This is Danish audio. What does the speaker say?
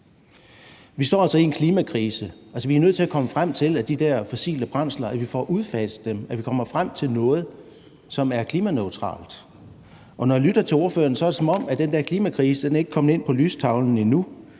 Vi står altså i en klimakrise. Vi er nødt til at komme hen til, at vi får udfaset de fossile brændsler, og komme hen til noget, som er klimaneutralt. Når jeg lytter til ordføreren, er det, som om den der klimakrise ikke er kommet ind på lystavlen endnu.